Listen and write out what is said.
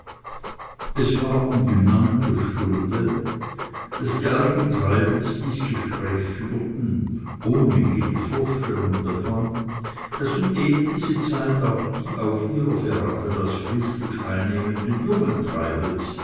es war um die neunte stunde daß die alten treibels dies gespräch führten ohne jede vorstellung davon daß um eben diese zeit auch die auf ihrer veranda das frühstück nehmenden jungen treibels